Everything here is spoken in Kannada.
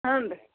ಹ್ಞೂ ರೀ